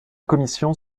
commission